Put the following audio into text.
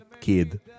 kid